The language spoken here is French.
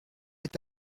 est